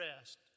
rest